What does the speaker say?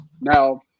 now